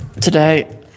Today